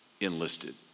enlisted